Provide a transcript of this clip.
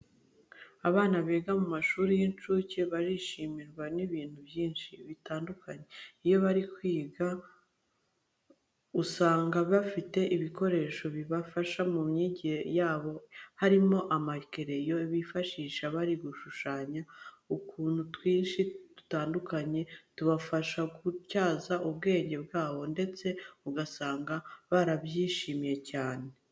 Abana biga mu mashuri y'incuke bashimishwa n'ibintu byinshi bitandukanye. Iyo bari kwiga usanga bafite ibikoresho bibafasha mu myigire yabo harimo amakereyo bifashisha bari gushushanya utuntu twinshi dutandukanye tubafasha gutyaza ubwenge bwabo, ndetse ugasanga barabyishimye cyane.